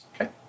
Okay